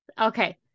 okay